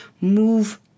move